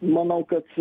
manau kad